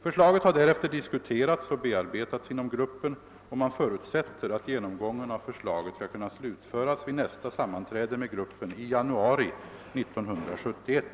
Förslaget har därefter diskuterats och bearbetats inom gruppen, och man förutsätter att genomgången av förslaget skall kunna slutföras vid nästa sammanträde med gruppen i januari 1971.